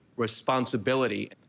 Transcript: responsibility